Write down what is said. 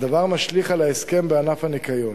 והדבר משליך על ההסכם בענף הניקיון.